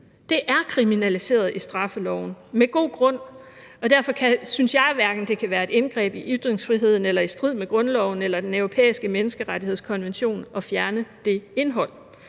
Det er kriminaliseret i straffeloven – med god grund – og derfor synes jeg hverken, det kan være et indgreb i ytringsfriheden eller i strid i grundloven eller Den Europæiske Menneskerettighedskonvention at fjerne det indhold.